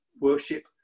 worship